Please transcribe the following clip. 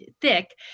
thick